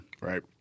Right